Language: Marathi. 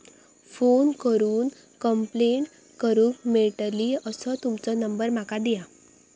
फोन करून कंप्लेंट करूक मेलतली असो तुमचो नंबर माका दिया?